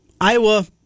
Iowa